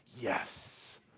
yes